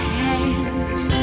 hands